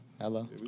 Hello